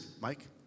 Mike